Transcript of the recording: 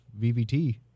vvt